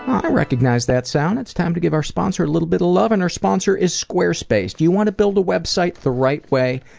i recognize that sound. it's time to give our sponsor a little bit of love. and our sponsor is squarespace. do you want to build a website the right way?